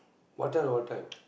what time what time